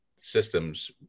systems